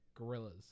gorillas